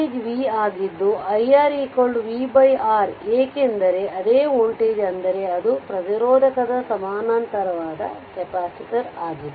ಆಗಿದ್ದು iR vR ಏಕೆಂದರೆ ಅದೇ ವೋಲ್ಟೇಜ್ ಅಂದರೆ ಅದು ಪ್ರತಿರೋಧಕದ ಸಮಾನಾಂತರ ಕೆಪಾಸಿಟರ್ ಆಗಿದೆ